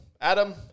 Adam